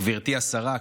גברתי השרה,